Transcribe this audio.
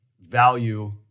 value